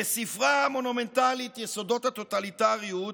בספרה המונומנטלי "יסודות הטוטליטריות"